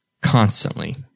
constantly